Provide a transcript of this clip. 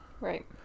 Right